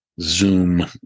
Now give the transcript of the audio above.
Zoom